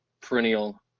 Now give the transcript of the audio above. perennial